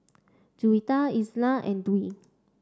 Juwita Izzat and Dwi